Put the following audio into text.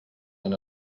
han